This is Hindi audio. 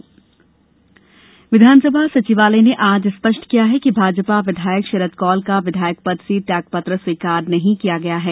विधायक विधानसभा सचिवालय ने आज स्पष्ट किया है कि भाजपा विधायक शरद कौल का विधायक पद से त्यागपत्र स्वीकार नहीं किया गया है